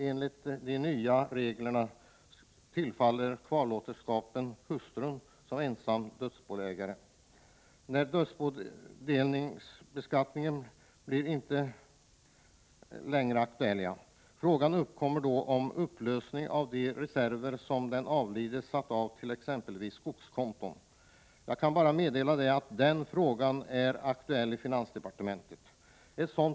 Enligt de nya reglerna tillfaller kvarlåtenskapen hustrun som ensam dödsbodelägare. Någon dödsbodelningsbeskattning blir inte längre aktuell. Fråga uppkommer då om upplösning av de reserver som den avlidne satt av t.ex. till skogskonto. Jag kan bara meddela att denna fråga är under övervägande i finansdepartementet.